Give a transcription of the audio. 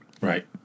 Right